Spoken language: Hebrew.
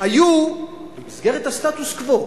היו במסגרת הסטטוס קוו,